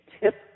tip